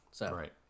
Right